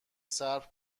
صبر